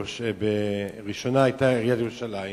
והראשונה היתה עיריית ירושלים